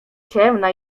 ciemna